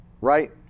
Right